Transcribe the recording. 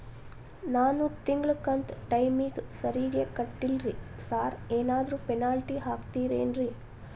ನಾನು ತಿಂಗ್ಳ ಕಂತ್ ಟೈಮಿಗ್ ಸರಿಗೆ ಕಟ್ಟಿಲ್ರಿ ಸಾರ್ ಏನಾದ್ರು ಪೆನಾಲ್ಟಿ ಹಾಕ್ತಿರೆನ್ರಿ?